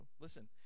listen